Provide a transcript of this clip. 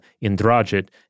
Indrajit